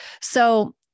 So-